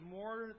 more